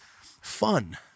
fun